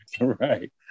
Right